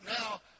now